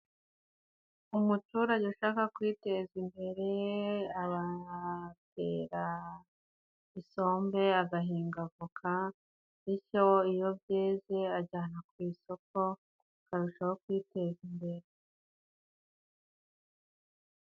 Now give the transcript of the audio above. Umuturage ushaka kwiteza imbere abatera isombe agahinga avoka bityo iyo byeze ajyana ku isoko akarushaho kwiteza imbere.